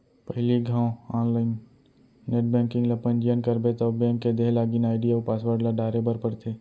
पहिली घौं online net banking ल पंजीयन करबे तौ बेंक के देहे लागिन आईडी अउ पासवर्ड ल डारे बर परथे